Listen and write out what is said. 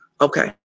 Okay